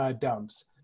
dumps